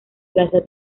plaza